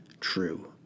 true